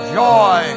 joy